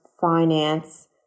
finance